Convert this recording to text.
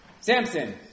Samson